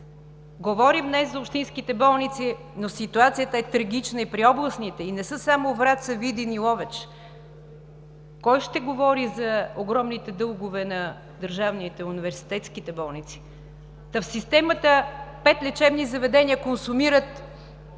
Говорим днес за общинските болници, но ситуацията е трагична и при областните, и не са само Враца, Видин и Ловеч. Кой ще говори за огромните дългове на държавните, университетските болници? В системата пет лечебни заведения консумират